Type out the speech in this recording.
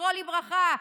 זיכרונו לברכה,